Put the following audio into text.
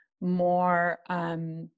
more